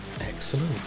Excellent